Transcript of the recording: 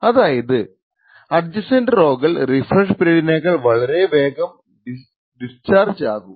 അതായതു അഡ്ജസൻറ് റോകൾ റിഫ്രഷ് പീരിഡിനേക്കാൾ വളരെ വേഗം ഡിസ്ചാർജ് ആകും